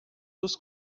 dos